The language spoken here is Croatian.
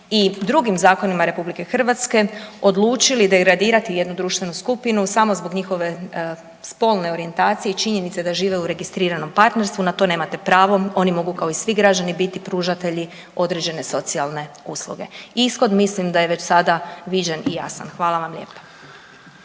i drugim zakonima RH odlučili degradirati jednu društvenu skupinu samo zbog njihove spolne orijentacije i činjenice da žive u registriranom partnerstvu. Na to nemate pravo, oni mogu kao i svi građani biti pružatelji određene socijalne usluge. Ishod mislim da je već sada viđen i jasan. Hvala vam lijepa.